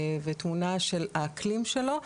ותמונה של האקלים שלו,